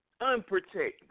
unprotected